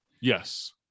Yes